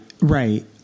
right